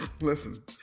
listen